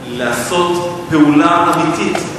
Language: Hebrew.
לעשות פעולה אמיתית,